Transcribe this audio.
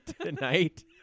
Tonight